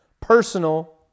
personal